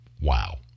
Wow